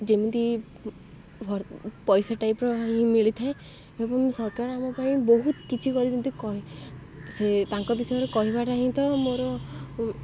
ଯେମିତି ପଇସା ଟାଇପ୍ର ହିଁ ମିଳିଥାଏ ଏବଂ ସରକାର ଆମ ପାଇଁ ବହୁତ କିଛି କରି ଯେମିତି ସେ ତାଙ୍କ ବିଷୟରେ କହିବଟା ହିଁ ତ ମୋର